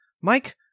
Mike